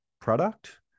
product